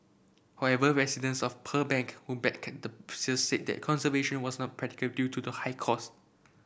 however residents of Pearl Bank who backed sale said that conservation was not practical due to the high cost